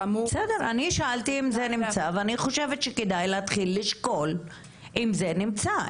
אני חושבת שכדאי להתחיל לשקול אם זה נמצא.